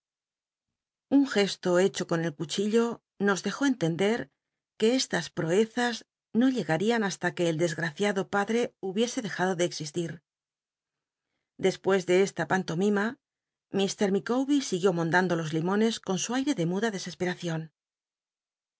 un gesto hecho con el cuchillo nos de jó entender que estas poezas no llegarían hasta que el desgraciado padre hubiese dejado de existir despues de esta pantomima mr micawber siguió mondando los limones con su aire de muda desesperacion